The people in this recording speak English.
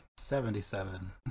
Seventy-seven